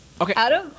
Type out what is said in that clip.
okay